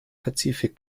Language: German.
pazifik